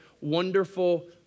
Wonderful